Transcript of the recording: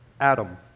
Adam